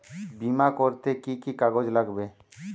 বিমা করতে কি কি কাগজ লাগবে?